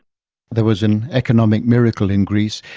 there was an economic miracle in greece.